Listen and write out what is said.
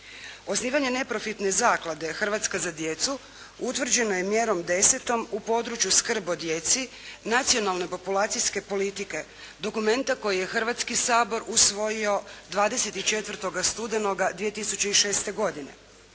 Osnivanje neprofitne zaklade "Hrvatska za djecu" utvrđeno je mjerom 10. u području "Skrb o djeci nacionalne populacijske politike", dokumenta koji je Hrvatski sabor usvojio 24. studenoga 2006. godine.